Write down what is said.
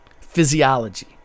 Physiology